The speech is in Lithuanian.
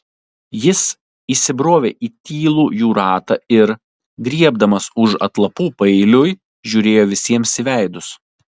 jis įsibrovė į tylų jų ratą ir griebdamas už atlapų paeiliui žiūrėjo visiems į veidus